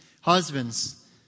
Husbands